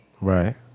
Right